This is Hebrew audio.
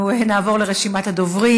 אנחנו נעבור לרשימת הדוברים.